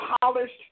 polished